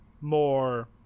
more